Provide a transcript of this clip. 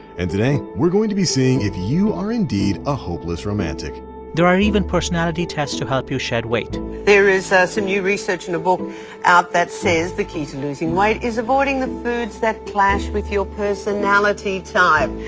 and today we're going to be seeing if you are, indeed, a hopeless romantic there are even personality tests to help you shed weight there is some new research in a book out that says the key to losing weight is avoiding the foods that clash with your personality type.